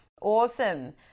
Awesome